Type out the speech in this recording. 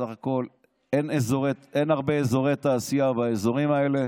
בסך הכול אין הרבה אזורי תעשייה באזורים האלה,